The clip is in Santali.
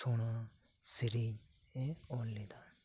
ᱪᱷᱚᱲᱟ ᱥᱮᱹᱨᱮᱹᱧ ᱚᱞ ᱞᱮᱫᱟ